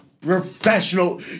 professional